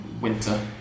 winter